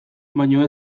baino